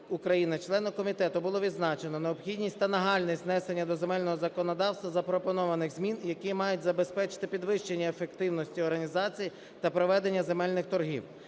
членами комітету, було відзначено необхідність та нагальне внесення до земельного законодавства запропонованих змін, які мають забезпечити підвищення ефективності організації та проведення земельних торгів.